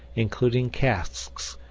including casks,